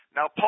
Now